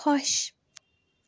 خۄش